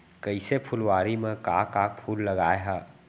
कइसे फुलवारी म का का फूल लगाय हा?